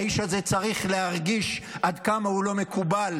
האיש הזה צריך להרגיש עד כמה הוא לא מקובל,